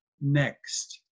next